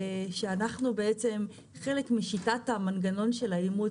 חלק משיטת המנגנון של האימוץ,